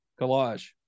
Collage